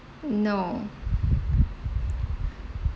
no